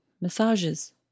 massages